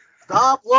Stop